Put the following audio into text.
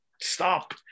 stop